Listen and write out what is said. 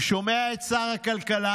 אני שומע את שר הכלכלה,